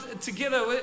together